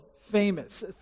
famous